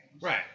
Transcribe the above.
Right